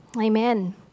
Amen